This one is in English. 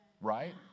right